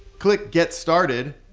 click get started.